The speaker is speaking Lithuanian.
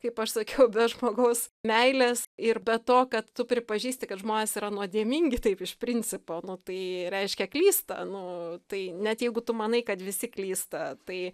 kaip aš sakiau be žmogaus meilės ir be to kad tu pripažįsti kad žmonės yra nuodėmingi taip iš principo nu tai reiškia klysta nu tai net jeigu tu manai kad visi klysta tai